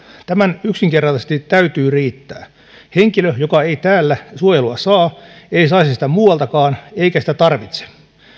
tämän yksinkertaisesti täytyy riittää henkilö joka ei täällä suojelua saa ei saisi sitä muualtakaan eikä sitä tarvitse